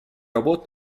работ